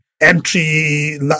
entry